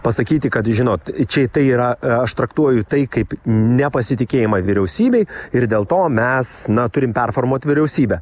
pasakyti kad žinot čia tai yra aš traktuoju tai kaip nepasitikėjimą vyriausybei ir dėl to mes na turim performuot vyriausybę